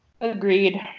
Agreed